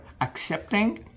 accepting